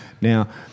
Now